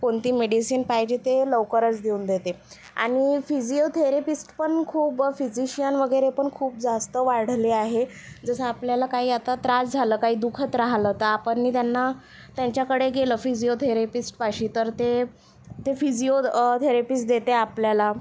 कोणती मेडिसीन पाहिजे ते लवकरच देऊन देतील आणि फिजिओथेरपिस्ट पण खूप फिजिशियन वगैरे पण खूप जास्त वाढले आहेत जसं आपल्याला काही आता त्रास झाला काही दुखत राहालं तर आपण त्यांना त्याच्याकडे गेलो फिजिओथेरपिस्टपाशी तर ते फिजिओथेरपीस्ट देते आपल्याला